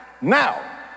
now